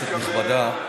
כנסת נכבדה,